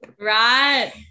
right